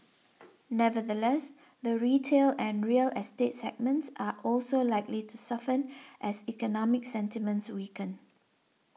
nevertheless the retail and real estate segments are also likely to soften as economic sentiments weaken